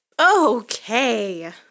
Okay